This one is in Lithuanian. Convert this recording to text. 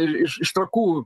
ir iš trakų